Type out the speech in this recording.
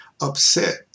upset